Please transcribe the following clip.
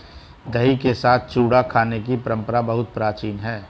दही के साथ चूड़ा खाने की परंपरा बहुत प्राचीन है